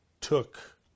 took